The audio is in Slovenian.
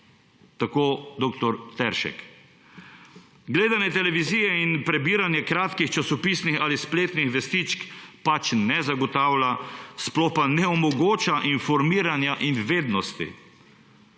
Tako dr. Teršek. »Gledanje televizije in prebiranje kratkih časopisnih ali spletnih vestičk pač ne zagotavlja, sploh pa ne omogoča informiranja in vednosti.